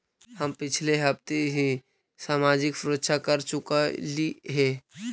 हम पिछले हफ्ते ही सामाजिक सुरक्षा कर चुकइली हे